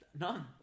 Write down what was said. None